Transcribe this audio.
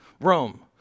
Rome